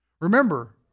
Remember